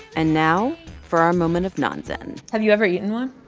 and now for our moment of non-zen have you ever eaten one?